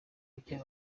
muke